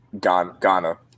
Ghana